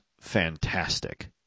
fantastic